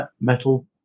metal